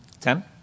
Ten